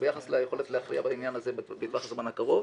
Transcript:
ליכולת להכריע בעניין הזה בטווח הזמן הקרוב